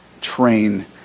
train